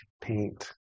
paint